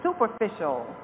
superficial